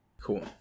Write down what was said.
Cool